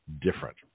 Different